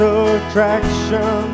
attraction